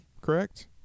correct